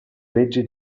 leggi